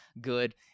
good